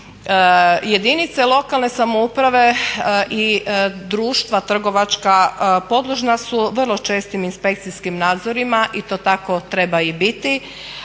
Jedinice lokalne samouprave i društva trgovačka podložna su vrlo čestim inspekcijskim nadzorima i to tako treba i biti